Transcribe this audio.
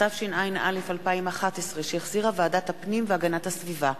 התשע”א 2011, שהחזירה ועדת הפנים והגנת הסביבה.